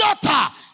daughter